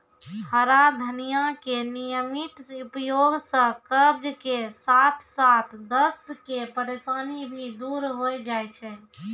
हरा धनिया के नियमित उपयोग सॅ कब्ज के साथॅ साथॅ दस्त के परेशानी भी दूर होय जाय छै